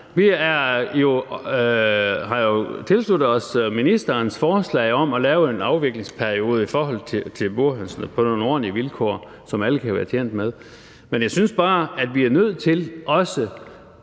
Vi har jo tilsluttet os ministerens forslag om at lave en afviklingsperiode i forhold til burhønsene på nogle ordentlige vilkår, som alle kan være tjent med. Men jeg synes bare også, at vi er nødt til for